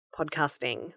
Podcasting